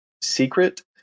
Secret